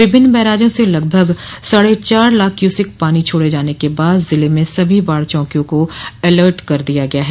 विभिन्न बैराजों से लगभग साढ़े चार लाख क्यूसिक पानी छोड़े जाने के बाद जिले में सभी बाढ़ चौकियों को अलर्ट कर दिया गया है